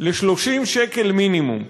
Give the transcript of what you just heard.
ל-30 שקל מינימום,